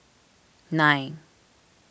nine